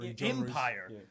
empire